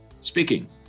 Speaking